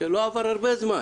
שלא עבר הרבה זמן